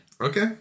Okay